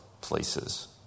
places